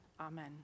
Amen